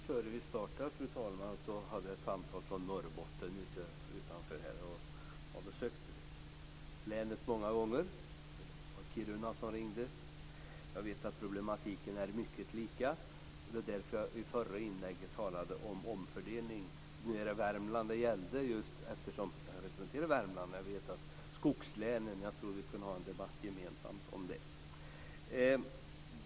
Fru talman! Precis innan vi startade fick jag ett samtal från Norrbotten, närmare bestämt Kiruna, och jag har besökt länet många gånger. Jag vet att problematiken är mycket lik Värmlands, och det var därför jag i förra inlägget talade om omfördelning. Nu är det Värmland det gäller eftersom jag representerar Värmland, men jag tror att vi skulle kunna ha en gemensam debatt om skogslänen.